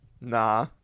Nah